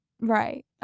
Right